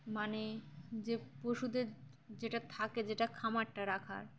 মানে যে পশুদের যেটা থাকে যেটা খামারটা রাখার